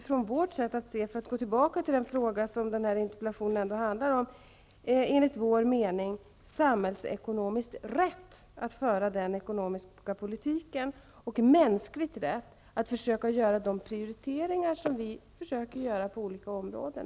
För att gå tillbaka till den fråga som den här interpellationen egentligen handlade om, är det enligt vår mening samhällsekonomiskt rätt att föra den ekonomiska politiken och mänskligt rätt att försöka göra de prioriteringar som vi försöker göra på olika områden.